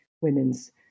women's